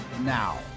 now